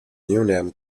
newnham